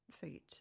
feet